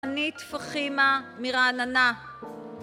דנית פחימה מרעננה